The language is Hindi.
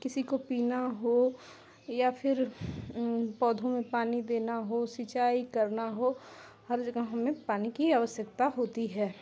किसी को पीना हो या फिर पौधों में पानी देना हो सिँचाई करनी हो हर जगह हमें पानी की आवश्यकता होती है